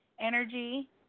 energy